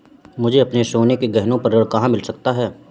मुझे अपने सोने के गहनों पर ऋण कहाँ मिल सकता है?